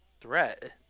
threat